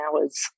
hours